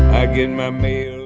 i get my mail.